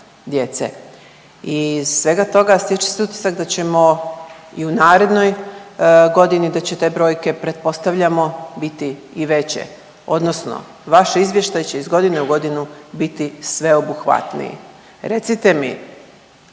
Iz svega toga …/Govornica se ne razumije./… da ćemo i u narednoj godini da će te brojke pretpostavljamo biti i veće odnosno vaš izvještaj će iz godine u godinu biti sveobuhvatniji. Recite mi